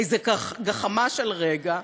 איזו גחמה של רגע,